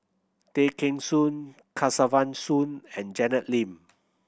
Tay Kheng Soon Kesavan Soon and Janet Lim